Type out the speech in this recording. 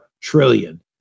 trillion